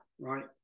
Right